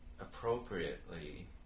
appropriately